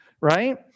Right